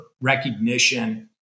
recognition